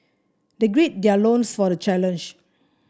they gird their loins for the challenge